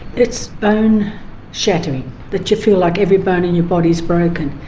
it's bone shattering that you feel like every bone in your body is broken.